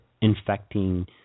infecting